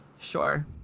Sure